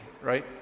right